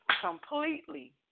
completely